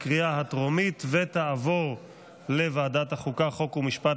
2024, לוועדת החוקה, חוק ומשפט